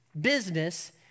business